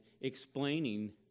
explaining